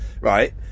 right